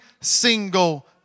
single